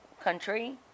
country